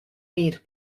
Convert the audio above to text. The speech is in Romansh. eir